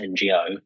NGO